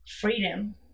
freedom